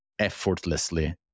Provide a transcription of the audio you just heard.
effortlessly